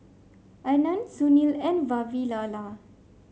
Anand Sunil and Vavilala